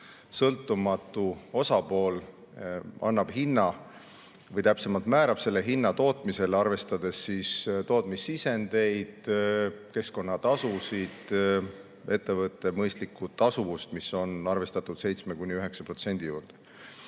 sõltumatu osapool annab hinna või täpsemalt määrab selle hinna tootmisel, arvestades tootmissisendeid, keskkonnatasusid, ettevõtte mõistlikku tasuvust, mis on arvestatud 7–9% juurde.